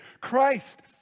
Christ